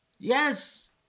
Yes